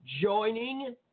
joining